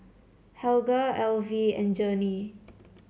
Helga Elvie and Journey